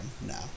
now